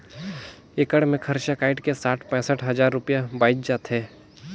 एकड़ मे खरचा कायट के साठ पैंसठ हजार रूपिया बांयच जाथे